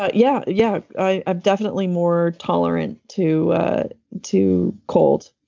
ah yeah. yeah. i'm definitely more tolerant to ah to cold.